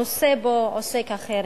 הנושא שבו עוסק החרם.